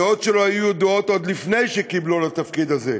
הדעות שלו היו ידועות עוד לפני שקיבלו אותו לתפקיד הזה,